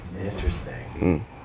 Interesting